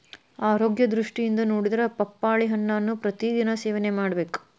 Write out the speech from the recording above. ಆರೋಗ್ಯ ದೃಷ್ಟಿಯಿಂದ ನೊಡಿದ್ರ ಪಪ್ಪಾಳಿ ಹಣ್ಣನ್ನಾ ಪ್ರತಿ ದಿನಾ ಸೇವನೆ ಮಾಡಬೇಕ